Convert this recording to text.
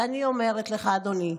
ואני אומרת לך, אדוני,